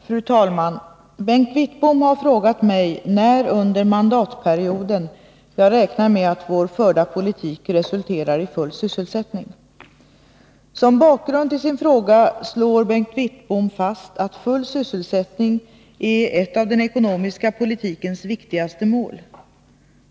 Fru talman! Bengt Wittbom har frågat mig när under mandatperioden jag räknar med att vår förda politik resulterar i full sysselsättning. Som bakgrund till sin fråga slår Bengt Wittbom fast att full sysselsättning är ett av den ekonomiska politikens viktigaste mål.